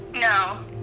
No